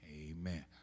Amen